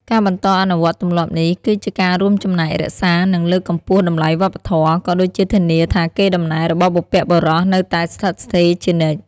ការបន្តអនុវត្តន៍ទម្លាប់នេះ គឺជាការរួមចំណែករក្សា និងលើកកម្ពស់តម្លៃវប្បធម៌ ក៏ដូចជាធានាថាកេរដំណែលរបស់បុព្វបុរសនៅតែស្ថិតស្ថេរជានិច្ច។